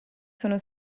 sono